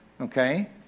Okay